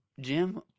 Jim